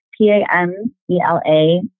P-A-M-E-L-A